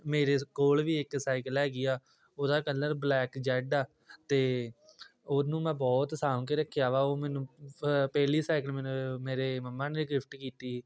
ਮੇਰੇ ਕੋਲ ਵੀ ਇੱਕ ਸਾਈਕਲ ਹੈਗੀ ਆ ਉਹਦਾ ਕਲਰ ਬਲੈਕ ਜੈਡ ਆ ਅਤੇ ਉਹਨੂੰ ਮੈਂ ਬਹੁਤ ਸਾਂਭ ਕੇ ਰੱਖਿਆ ਵਾ ਉਹ ਮੈਨੂੰ ਪਹਿਲੀ ਸਾਈਕਲ ਮੈਨੂੰ ਮੇਰੇ ਮੰਮਾ ਨੇ ਗਿਫਟ ਕੀਤੀ ਸੀ